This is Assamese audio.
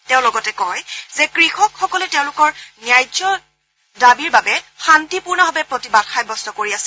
তেওঁ লগতে কয় যে কৃষকসকলে তেওঁলোকৰ ন্যায্য দাবীৰ বাবে শান্তিপূৰ্ণভাৱে প্ৰতিবাদ সাব্যস্ত কৰি আছে